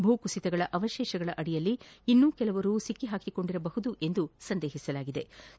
ಭೂಕುಸಿತಗಳ ಅವಶೇಪಗಳಡಿಯಲ್ಲಿ ಇನ್ನು ಕೆಲವರು ಸಿಕ್ಕಿಹಾಕಿಕೊಂಡಿರಬಹುದೆಂಬ ಶಂಕೆ ಇದೆ